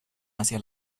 hacia